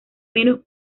menos